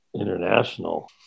international